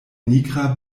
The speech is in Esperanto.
nigra